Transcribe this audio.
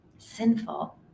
sinful